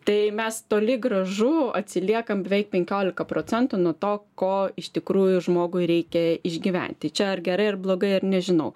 tai mes toli gražu atsiliekam beveik penkiolika procentų nuo to ko iš tikrųjų žmogui reikia išgyventi čia ar gerai ar blogai ar nežinau